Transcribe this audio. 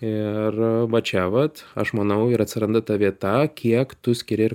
ir va čia vat aš manau ir atsiranda ta vieta kiek tu skiri ir